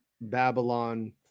Babylon